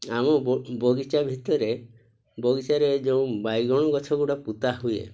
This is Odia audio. ଆମ ବଗିଚା ଭିତରେ ବଗିଚାରେ ଯେଉଁ ବାଇଗଣ ଗଛଗୁଡ଼ା ପୋତା ହୁଏ